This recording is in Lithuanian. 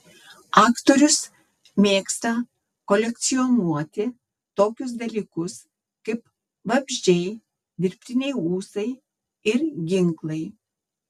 aktorius mėgsta kolekcionuoti tokius dalykus kaip vabzdžiai dirbtiniai ūsai ir ginklai